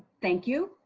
thank you.